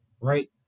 right